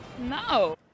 no